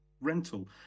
rental